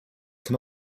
can